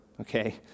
okay